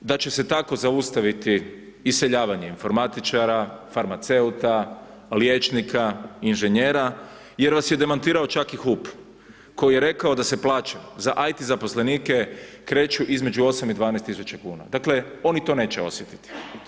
Da će se tako zaustaviti iseljavanje informatičara, farmaceuta, liječnika, inženjera jer vas je demantirao čak i HUP, koji je rekao da se plaće za AT zaposlenike kreću između 8 i 12.000 kuna, dakle oni to neće osjetiti.